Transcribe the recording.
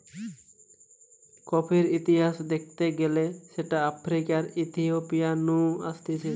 কফির ইতিহাস দ্যাখতে গেলে সেটা আফ্রিকার ইথিওপিয়া নু আসতিছে